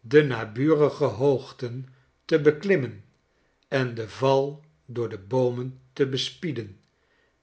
de naburige hoogten te beklimmen en den val door de boomen te bespieden